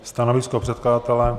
Stanovisko předkladatele?